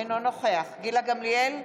אינו נוכח גילה גמליאל,